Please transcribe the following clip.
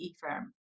firm